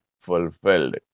fulfilled